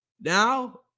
Now